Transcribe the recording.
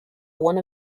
one